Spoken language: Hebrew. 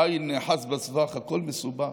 איל נאחז בסבך, הכול מסובך.